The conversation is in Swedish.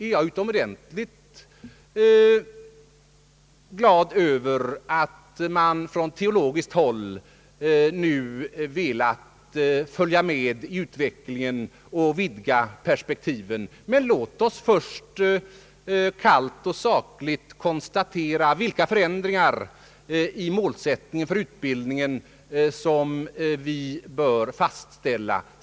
Jag är utomordentligt glad över att man på teologiskt håll nu velat följa med i utvecklingen och vidga perspektiven. Men låt oss först kallt och sakligt konstatera vilka förändringar i målsättningen för utbildningen som vi bör fastställa.